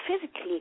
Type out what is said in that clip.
physically